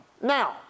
Now